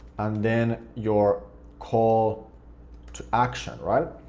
and then your call to action, right?